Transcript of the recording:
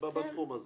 בתחום הזה.